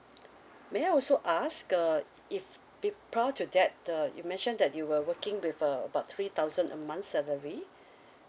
may I also ask err if pe~ prior to that err you mentioned that you were working with uh about three thousand a month salary